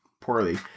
poorly